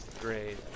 Great